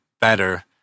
better